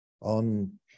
on